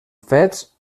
fets